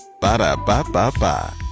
Ba-da-ba-ba-ba